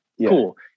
cool